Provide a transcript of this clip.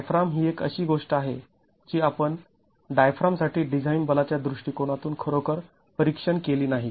diaphragm ही एक अशी गोष्ट आहे जी आपण डायफ्रामसाठी डिझाईन बलाच्या दृष्टिकोनातून खरोखर परीक्षण केली नाही